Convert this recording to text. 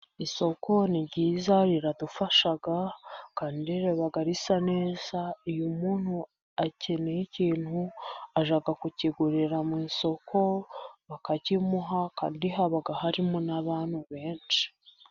Isoko ni ryiza riradufasha kandi riba risa neza. Iyo umuntu akeneye ikintu ajya kukigurira mu isoko bakakimuha, kandi haba harimo n'abantu benshi.